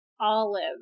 Olive